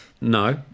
no